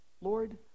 Lord